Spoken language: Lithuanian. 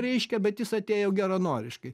reiškia bet jis atėjo geranoriškai